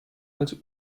als